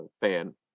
fan